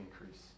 increase